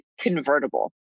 convertible